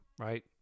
right